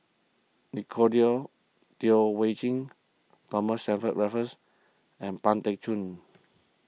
Nicolette Teo Waiting Thomas Stamford Raffles and Pang Teck Joon